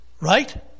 Right